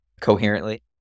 coherently